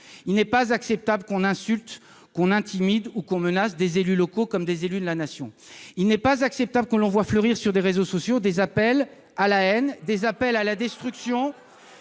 Il n'est pas acceptable d'insulter, d'intimider ou de menacer des élus locaux ou des élus de la Nation. Il n'est pas acceptable de voir fleurir sur des réseaux sociaux des appels à la haine ou à la destruction.